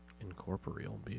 incorporeal